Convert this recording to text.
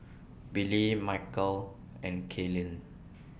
Billy Michal and Kaylin